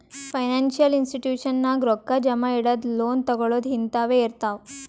financial institution ನಾಗ್ ರೊಕ್ಕಾ ಜಮಾ ಇಡದು, ಲೋನ್ ತಗೋಳದ್ ಹಿಂತಾವೆ ಇರ್ತಾವ್